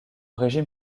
régime